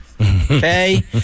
Okay